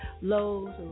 lows